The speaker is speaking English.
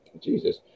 Jesus